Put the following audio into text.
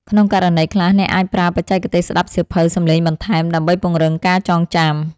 ក្នុងករណីខ្លះ អ្នកអាចប្រើបច្ចេកទេសស្ដាប់សៀវភៅសំឡេងបន្ថែម ដើម្បីពង្រឹងការចងចាំ។